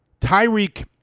Tyreek